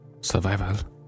Survival